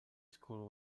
school